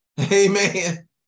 Amen